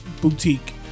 boutique